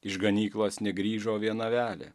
iš ganyklos negrįžo viena avelė